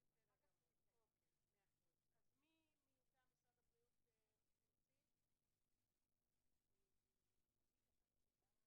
כן, אנחנו רוצים לשמוע את העדכון, אחר כך נתייחס.